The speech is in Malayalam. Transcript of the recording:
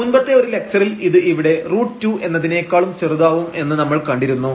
മുൻപത്തെ ഒരു ലക്ചറിൽ ഇത് ഇവിടെ √2 എന്നതിനേക്കാളും ചെറുതാവും എന്ന് നമ്മൾ കണ്ടിരുന്നു